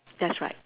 that's right